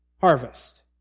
harvest